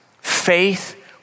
faith